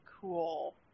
Cool